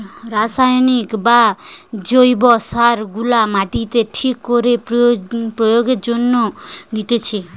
রাসায়নিক বা জৈব সার গুলা মাটিতে ঠিক করে প্রয়োগের জন্যে দিতেছে